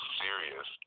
serious